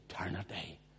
eternity